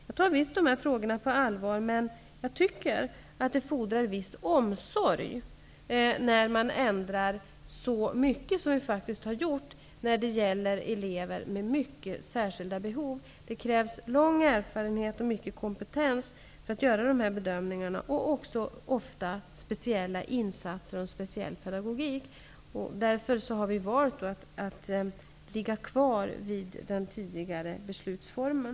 Jag tar visst dessa frågor på allvar. Men det fordrar viss omsorg när man ändrar så mycket som vi faktiskt har gjort när det gäller elever med mycket speciella behov. Det krävs lång erfarenhet och stor kompetens för att göra dessa bedömningar. Det krävs ofta speciella insatser och en speciell pedagogik. Vi har därför valt att behålla den tidigare beslutsformen.